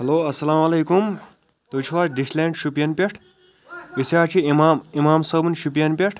hello اَسَلامُ علیکُم تُہۍ چھُو حظ ڈِش لینڈ شُپین پٮ۪ٹھ أسۍ حظ چھِ اِمام اِمام صٲبُن شُپین پٮ۪ٹھ